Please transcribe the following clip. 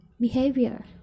behavior